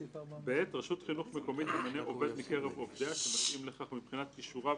רשות חינוך מקומית תמנה עובד מקרב עובדיה שמתאים לכך מבחינת כישוריו,